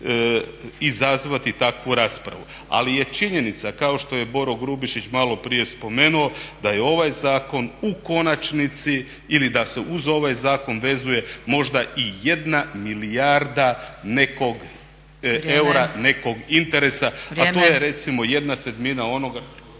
izazvati takvu raspravu. Ali je činjenica kao što je Boro Grubišić malo prije spomenuo da je ovaj zakon u konačnici ili da se uz ovaj zakon vezuje možda i jedna milijarda nekog eura, …/Upadica: Vrijeme./… … nekog interesa a to je recimo jedna sedmina onoga